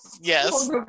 Yes